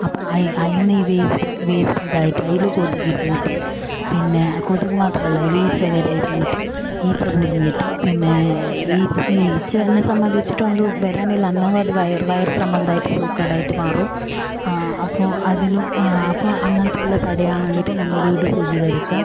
അപ്പം അതിന് അതിന് ഈ വേസ്റ്റ് വേസ്റ്റ് ഇതായിട്ട് അതിൽ കൊതുക് ഇരുന്നിട്ട് പിന്നെ കൊതുക് മാത്രമല്ല അതിൽ ഈച്ച വരെ ഇരുന്നിട്ട് ഈച്ച പൊതിഞ്ഞിട്ട് പിന്നെ ഈച്ച് ഈച്ചനെ സംബന്ധിച്ചിട്ട് ഒന്നും വരാനില്ല എന്നെങ്കിൽ അത് വയറ് വയറ് സംബന്ധായിട്ട് സൂക്കേടായിട്ട് മാറും ആ അപ്പോൾ അതിലും അപ്പോൾ അങ്ങനത്തെയെല്ലാം തടയാൻ വേണ്ടിയിട്ട് നമ്മൾ വീട് ശുചീകരിക്കുക